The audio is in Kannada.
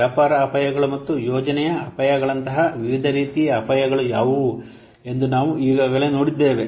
ವ್ಯಾಪಾರ ಅಪಾಯಗಳು ಮತ್ತು ಯೋಜನೆಯ ಅಪಾಯಗಳಂತಹ ವಿವಿಧ ರೀತಿಯ ಅಪಾಯಗಳು ಯಾವುವು ಎಂದು ನಾವು ಈಗಾಗಲೇ ನೋಡಿದ್ದೇವೆ